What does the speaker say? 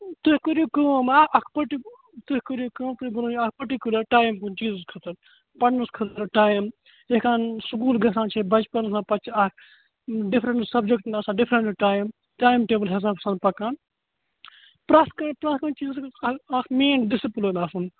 تُہۍ کٔرِو کٲم اکھ اکھ پٔٹِک تُہۍ کٔرِو کٲم تُہۍ بَنٲیِو اکھ پٔٹِکیٛوٗلر ٹایِم کُنہِ چیٖزس خٲطرٕ پرنس خٲطرٕٹایِم یِتھٕ کٔنۍ سکوٗل گَژھان چھِ بچپنس منٛز پَتہٕ چھِ اکھ ڈِفرنٛٹ سَبجَکٹن آسان ڈِفرنٛٹ ٹایِم ٹایِم ٹیبٕل حِسابہٕ آسان پکان پرٛتھ کُنہِ چیٖزس گَژھِ اکھ مین ڈسٕپُلن آسُن